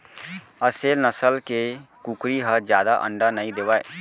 असेल नसल के कुकरी ह जादा अंडा नइ देवय